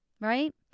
right